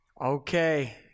Okay